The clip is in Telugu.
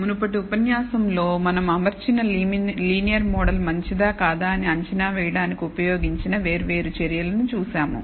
మునుపటి ఉపన్యాసంలో మనం అమర్చిన లీనియర్ మోడల్ మంచిదా కాదా అని అంచనా వేయడానికి ఉపయోగించిన వేర్వేరు చర్యలను చూశాము